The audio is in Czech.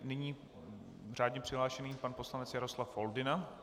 Nyní řádně přihlášený pan poslanec Jaroslav Foldyna.